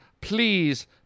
please